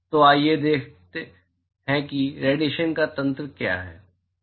तो आइए देखें कि रडिएशन का तंत्र क्या है